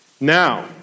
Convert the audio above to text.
Now